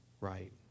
right